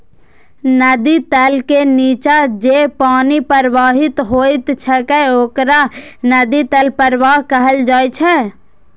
नदी तल के निच्चा जे पानि प्रवाहित होइत छैक ओकरा नदी तल प्रवाह कहल जाइ छै